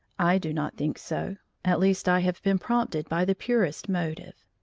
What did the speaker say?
i do not think so at least i have been prompted by the purest motive.